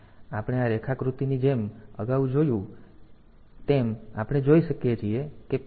તેથી આપણે આ રેખાકૃતિની જેમ અગાઉ જોયું તેમ આપણે જોઈ શકીએ છીએ કે P3